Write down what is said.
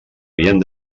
havien